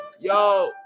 Yo